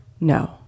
no